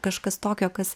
kažkas tokio kas